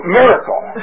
miracle